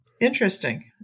Interesting